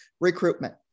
recruitment